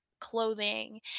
clothing